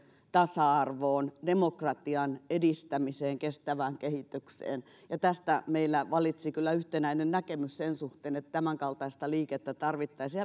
tasa arvoon demokratian edistämiseen ja kestävään kehitykseen tästä meillä vallitsi kyllä yhtenäinen näkemys sen suhteen että tämänkaltaista liikettä tarvittaisiin